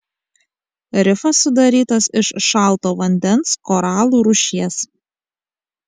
rifas sudarytas iš šalto vandens koralų rūšies